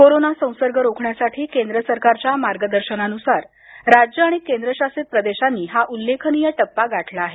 corona संसर्ग रोखण्यासाठी केंद्र सरकारच्या मार्गदर्शनानुसार राज्य आणि केंद्र शासित प्रदेशांनी हा उल्लेखनीय टप्पा गाठला आहे